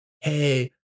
hey